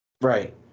Right